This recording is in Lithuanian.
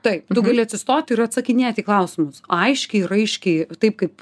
tai tu gali atsistoti ir atsakinėt į klausimus aiškiai raiškiai taip kaip